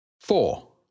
Four